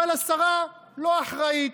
אבל השרה לא אחראית.